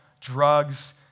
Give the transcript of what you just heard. drugs